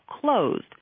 closed